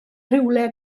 rhywle